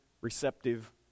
receptive